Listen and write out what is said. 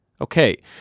Okay